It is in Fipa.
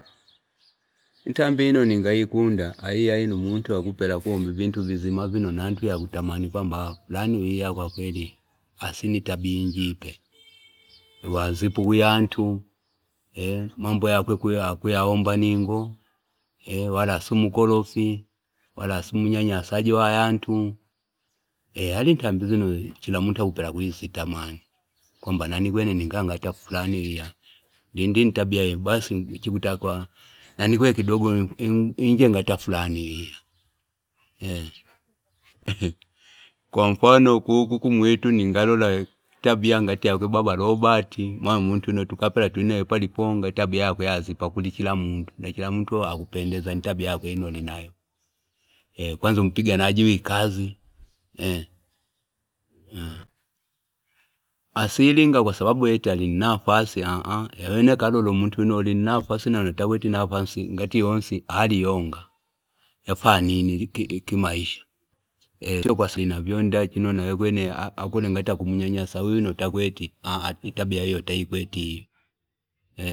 Tambi ino ningaikunda ayiya ino mutu akupele akuomba vintu vizima vino nantu yakutamani kwamba fulani wiya kwakweli asi nitabia injipe, wazipa kuyantu mambo yakwe kuyaomba ningo wala asi mkorofi wala asi mnyanyasaji wayantu eh ali ntambi lino chila muntu akupela akutamani. kwamba nani kwene ningaya ngati fulani wiya ngindi ni tabia iya basi nani kwene kidogo inie ngati fulani, wiya kwa mfano kukwa ku mwitu ningalola tabia ngati yakwe baba robati muntu uno takapela tuli palipanga tabia yazipa kuli chili muntu na chili muntu akapela akupendezya ni tabia yakwe ino alinayo kwanza umu piganaji wikazi asilinga eti kwa sababu alini nafasi ah ahwene akatola muntu uno alini nafasi na uno atakweti nafasi ngati yonsi aliyonga yafanine kimaisha pasinavyonda achono nawekwene akole ngati akole akumunya nyasa wiya uno atakweti tabia iyo atakweti eh.